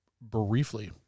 briefly